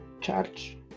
charge